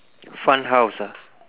fun house ah